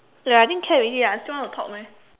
ya I think can already ah still want to talk meh